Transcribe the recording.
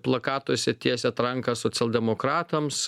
plakatuose tiesiat ranką socialdemokratams